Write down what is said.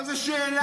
איזו שאלה.